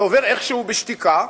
זה עובר איכשהו בשתיקה,